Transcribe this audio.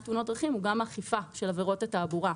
תאונות דרכים הוא גם אכיפה של עבירות התעבורה,